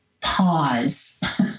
pause